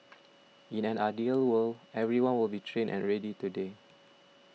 in an ideal world everyone will be trained and ready today